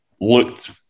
looked